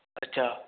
ਅੱਛਾ